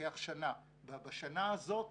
לוקח שנה ובשנה הזאת